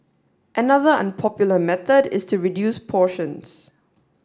another unpopular method is to reduce portions